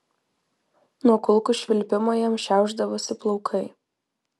nuo kulkų švilpimo jam šiaušdavosi plaukai